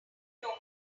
know